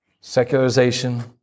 Secularization